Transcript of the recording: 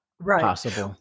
Right